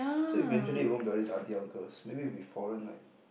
so eventually it won't be all these auntie uncles maybe it will be foreign like